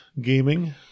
Gaming